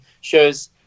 shows